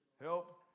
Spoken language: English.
Help